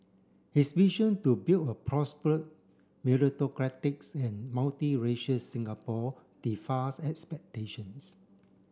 his vision to build a meritocratic and multiracial Singapore expectations